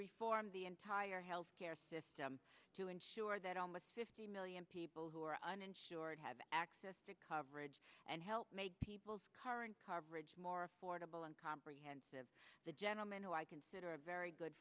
reform the entire health care system to ensure that almost fifty million people who are uninsured have access to coverage and help make people's current coverage more affordable and comprehensive the gentleman who i consider a very good